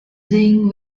being